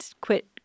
Quit